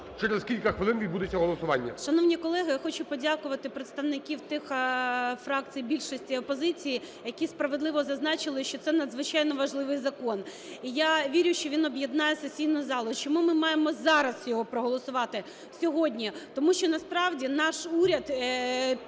через кілька хвилин відбудеться голосування. 10:56:17 ГЕРАЩЕНКО І.В. Шановні колеги, я хочу подякувати представників тих фракцій більшості і опозиції, які справедливо зазначили, що це надзвичайно важливий закон. І я вірю, що він об'єднає сесійну залу. Чому ми маємо зараз його проголосувати сьогодні? Тому що насправді наш уряд